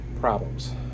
Problems